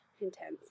intense